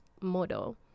model